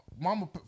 Mama